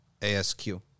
ASQ